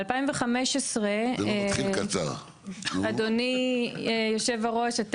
ב- 2015 אדוני יושב הראש,